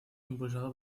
impulsado